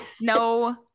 No